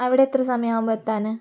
അവിടെ എത്ര സമയാവുമ്പോൾ എത്താന്